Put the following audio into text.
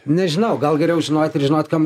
nežinau gal geriau žinoti ir žinot kam